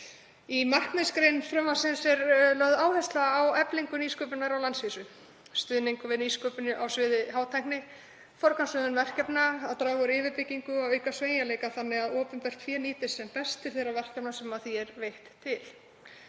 Í markmiðsgrein frumvarpsins er lögð áhersla á eflingu nýsköpunar á landsvísu, stuðning við nýsköpun á sviði hátækni, forgangsröðun verkefna, að draga úr yfirbyggingu og auka sveigjanleika þannig að opinbert fé nýtist sem best til þeirra verkefna sem því er veitt í.